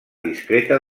discreta